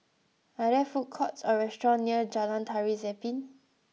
are there food courts or restaurants near Jalan Tari Zapin